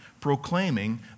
proclaiming